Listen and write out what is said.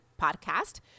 podcast